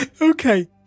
Okay